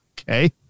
Okay